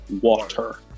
water